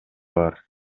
бар